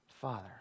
Father